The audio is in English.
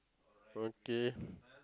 okay